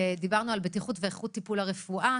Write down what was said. ודיברנו על בטיחות ואיכות טיפול הרפואה,